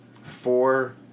four